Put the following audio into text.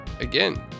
again